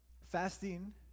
Fasting